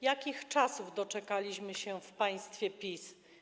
Jakich czasów doczekaliśmy w państwie PiS?